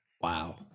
Wow